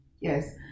Yes